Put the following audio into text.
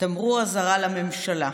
תמרור אזהרה לממשלה.